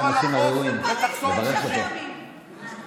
האירוע המופרע ביותר בתולדות המדינה.